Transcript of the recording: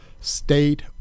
state